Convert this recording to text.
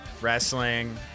wrestling